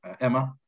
Emma